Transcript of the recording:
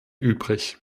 übrig